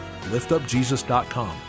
liftupjesus.com